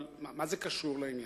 אבל מה זה קשור לעניין?